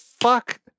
fuck